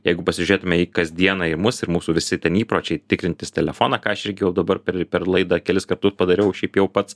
jeigu pasižiūrėtume į kasdieną į mus ir mūsų visi ten įpročiai tikrintis telefoną ką aš irgi jau dabar per per laidą kelis kartus padariau šiaip jau pats